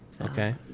Okay